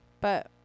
But-